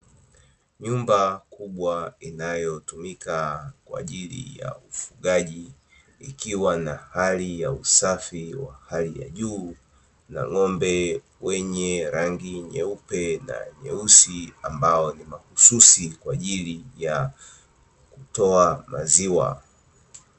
Nyumba kubwa inayotumika kwaajili ya ufugaji, ikiwa na hali ya usafi wa hali ya juu na ng’ombe wenye rangi nyeupe na nyeusi ambao ni mahususi kwaajili ya kutoa maziwa.